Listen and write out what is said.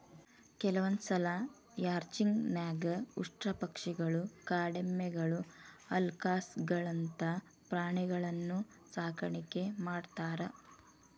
ಕೆಲವಂದ್ಸಲ ರ್ಯಾಂಚಿಂಗ್ ನ್ಯಾಗ ಉಷ್ಟ್ರಪಕ್ಷಿಗಳು, ಕಾಡೆಮ್ಮಿಗಳು, ಅಲ್ಕಾಸ್ಗಳಂತ ಪ್ರಾಣಿಗಳನ್ನೂ ಸಾಕಾಣಿಕೆ ಮಾಡ್ತಾರ